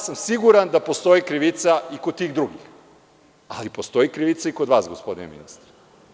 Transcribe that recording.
Siguran sam da postoji krivica i kod tih drugih, ali postoji krivica i kod vas, gospodine ministre.